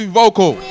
vocal